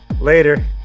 Later